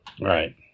Right